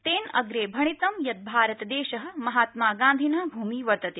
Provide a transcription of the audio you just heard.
तेन अप्रे भणितं यत् भारतदेश महात्मागांधिन भूमि वर्तते